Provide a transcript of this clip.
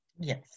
Yes